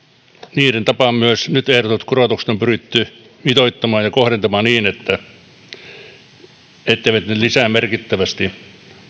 niiden tapaan myös nyt ehdotetut korotukset on pyritty mitoittamaan ja kohdentamaan niin etteivät ne lisää merkittävästi